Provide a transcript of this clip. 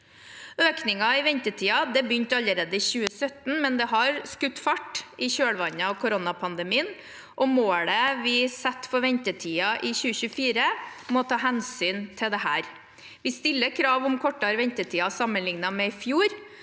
Økningen i ventetiden begynte allerede i 2017, men skjøt fart i kjølvannet av koronapandemien, og målet vi setter for ventetiden i 2024, må ta hensyn til dette. Vi stiller krav om kortere ventetider sammenlignet med i fjor,